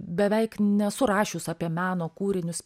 beveik nesu rašius apie meno kūrinius